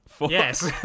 yes